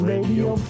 Radio